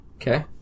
Okay